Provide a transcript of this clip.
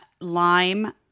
lime